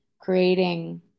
creating